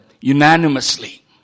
unanimously